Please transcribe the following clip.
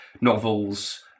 novels